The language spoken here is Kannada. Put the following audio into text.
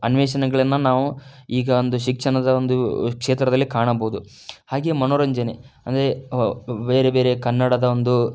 ಅನ್ವೇಷಣೆಗಳನ್ನು ನಾವು ಈಗ ಒಂದು ಶಿಕ್ಷಣದ ಒಂದು ಕ್ಷೇತ್ರದಲ್ಲಿ ಕಾಣಬೋದು ಹಾಗೆಯೇ ಮನೋರಂಜನೆ ಅಂದರೆ ಬೇರೆ ಬೇರೆ ಕನ್ನಡದ ಒಂದು